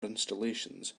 installations